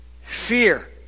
fear